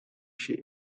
chez